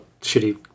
shitty